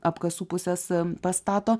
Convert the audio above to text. apkasų pusės em pastato